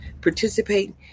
Participate